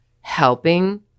helping